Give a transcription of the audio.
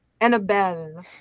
Annabelle